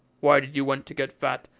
why did you want to get fat?